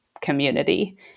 community